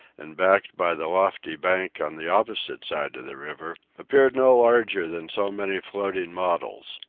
and backed by the lofty bank on the opposite side of the river, appeared no larger than so many floating models.